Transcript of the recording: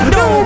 no